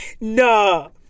No